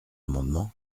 amendement